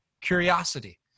curiosity